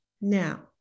Now